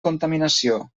contaminació